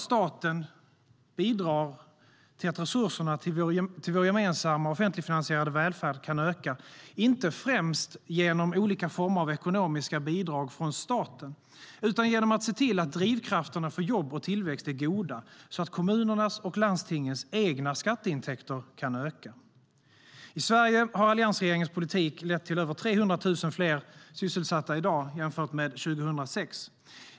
Staten bidrar nämligen till att resurserna till vår gemensamma offentligfinansierade välfärd ökar, inte främst genom olika former av ekonomiska bidrag från staten, utan genom att se till att drivkrafterna för jobb och tillväxt är goda så att kommunernas och landstingens egna skatteintäkter kan öka. I Sverige har alliansregeringens politik lett till över 300 000 fler sysselsatta i dag jämfört med 2006.